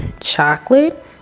chocolate